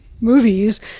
movies